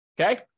Okay